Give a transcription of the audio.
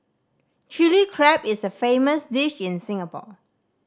Chilli Crab is a famous dish in Singapore